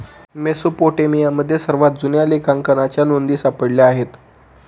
मेसोपोटेमियामध्ये सर्वात जुन्या लेखांकनाच्या नोंदी सापडल्या आहेत